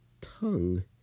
tongue